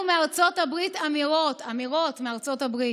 מארצות הברית אמירות" אמירות מארצות הברית,